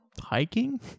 hiking